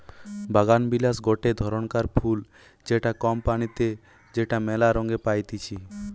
বাগানবিলাস গটে ধরণকার ফুল যেটা কম পানিতে যেটা মেলা রঙে পাইতিছি